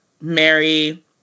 Mary